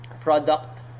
product